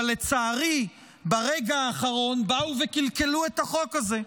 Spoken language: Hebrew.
אבל לצערי ברגע האחרון באו וקלקלו את החוק הזה.